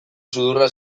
sudurra